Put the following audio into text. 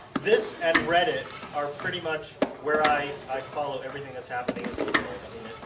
this and reddit are pretty much where i i follow everything that is happening in the world. i mean